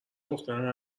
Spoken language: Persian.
دختر